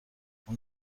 اون